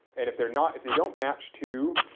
and if they're not if they don't match to